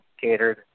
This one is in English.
catered